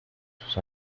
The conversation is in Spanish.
sus